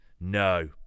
No